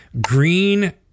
green